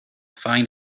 find